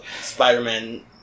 Spider-Man